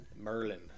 Merlin